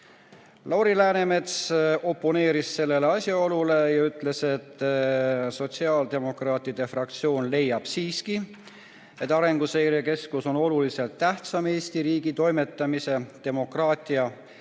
Lauri Läänemets oponeeris talle ja ütles, et sotsiaaldemokraatide fraktsioon leiab siiski, et Arenguseire Keskus on oluliselt tähtsam Eesti riigi toimetamise, demokraatia,